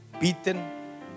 beaten